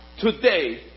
today